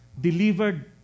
delivered